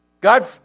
God